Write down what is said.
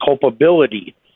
culpability